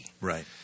Right